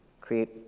Create